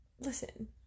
Listen-